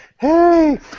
Hey